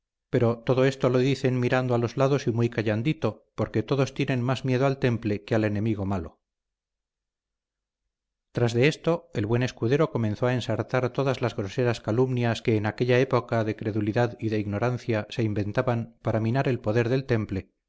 pero todo esto lo dicen mirando a los lados y muy callandito porque todos tienen más miedo al temple que al enemigo malo tras de esto el buen escudero comenzó a ensartar todas las groseras calumnias que en aquella época de credulidad y de ignorancia se inventaban para minar el poder del temple